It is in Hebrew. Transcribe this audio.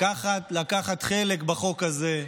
לקחת חלק בחוק הזה.